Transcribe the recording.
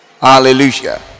Hallelujah